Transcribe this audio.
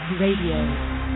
Radio